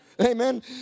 Amen